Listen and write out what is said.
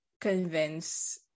convince